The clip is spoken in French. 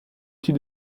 outil